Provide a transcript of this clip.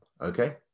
okay